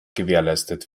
gewährleistet